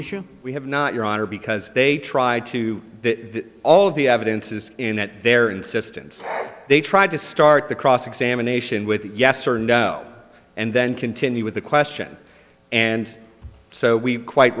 issue we have not your honor because they tried to put all of the evidence is in at their insistence they tried to start the cross examination with yes or no and then continue with the question and so we quite